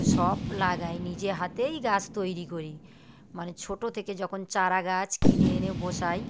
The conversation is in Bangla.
সব লাগাই নিজে হাতেই গাছ তৈরি করি মানে ছোটো থেকে যখন চারা গাছ কিনে এনে বসাই